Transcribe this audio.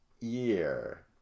year